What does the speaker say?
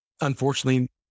Unfortunately